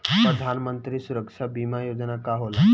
प्रधानमंत्री सुरक्षा बीमा योजना का होला?